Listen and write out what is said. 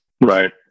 Right